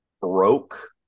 broke